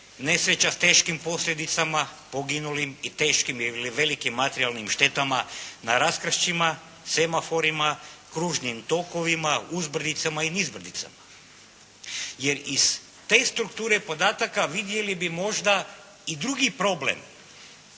nesreća sa teškim posljedicama poginulim i teškim ili velikim materijalnim štetama na raskršćima, semaforima, kružnim tokovima, uzbrdicama i nizbrdicama. Jer iz te strukture podataka vidjeli bi možda i drugi problem